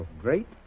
great